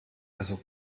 also